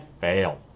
fail